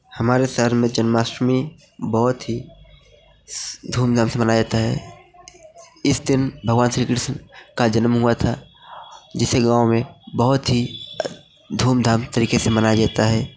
हमारे शहर में जन्माष्टमी बहुत ही धूमधाम से मनाया जाता है इस दिन भगवान श्री कृष्ण का जनम हुआ था जिसे गाँव में बहुत ही अ धूमधाम तरीके से मनाया जाता है